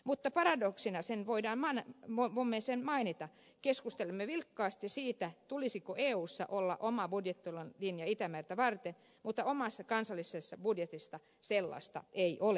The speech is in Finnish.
mutta paradoksina voimme sen mainita keskustelemme vilkkaasti siitä tulisiko eussa olla oma budjettilinja itämertä varten mutta omassa kansallisessa budjetissa sellaista ei ole